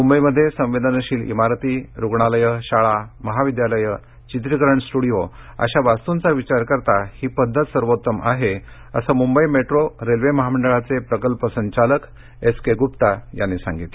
मुंबईमध्ये संवेदनशील इमारती रुग्णालयं शाळा महाविद्यालयं चित्रीकरण स्ट्रडिओ अशा वास्तूंचा विचार करता ही पद्धत सर्वोत्तम आहे असं मुंबई मेट्रो रेल्वे महामंडळाचे प्रकल्प संचालक एस के गुप्ता यांनी सांगितलं